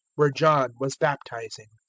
where john was baptizing.